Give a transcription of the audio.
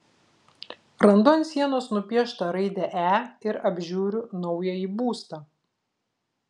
randu ant sienos nupieštą raidę e ir apžiūriu naująjį būstą